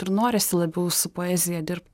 ir norisi labiau su poezija dirbti